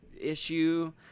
issue